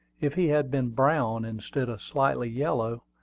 if he had been brown, instead of slightly yellow,